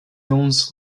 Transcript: owns